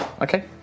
okay